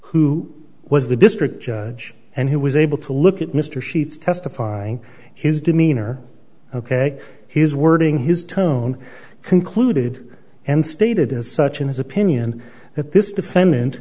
who was the district judge and who was able to look at mr sheets testifying his demeanor ok his wording his tone concluded and stated as such in his opinion that this defendant